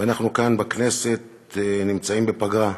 ואנחנו כאן, בכנסת, נמצאים בפגרה.